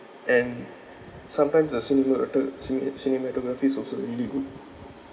and sometimes the cinemarato~ cine~ cinematography is also really good